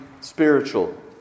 spiritual